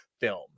film